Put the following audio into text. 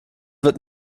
wird